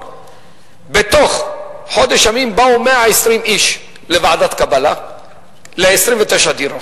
בתוך חודש ימים באו 120 איש לוועדת קבלה ל-29 דירות.